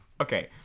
Okay